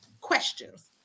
questions